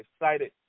excited